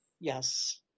yes